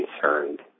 concerned